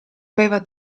aveva